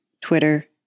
Twitter